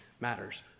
matters